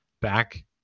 back